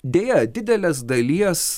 deja didelės dalies